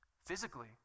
Physically